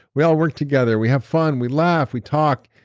we all work together. we have fun. we laugh. we talk.